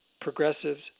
progressives